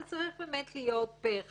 אבל זה צריך באמת להיות פה-אחד.